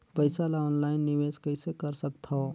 पईसा ल ऑनलाइन निवेश कइसे कर सकथव?